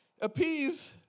appease